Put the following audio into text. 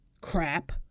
crap